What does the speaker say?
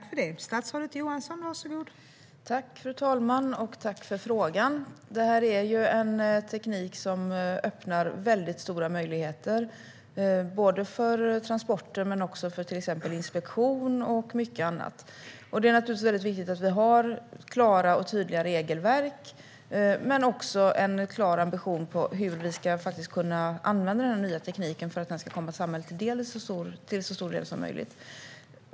Fru talman! Jag tackar för frågan. Det här är en teknik som öppnar för väldigt stora möjligheter för transporter men också för till exempel inspektion och mycket annat. Det är naturligtvis viktigt att vi har klara och tydliga regelverk men också en klar ambition vad gäller hur vi ska kunna använda den nya tekniken för att den ska komma samhället till del så mycket som möjligt.